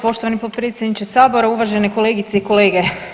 Poštovani potpredsjedniče Sabora, uvažene kolegice i kolege.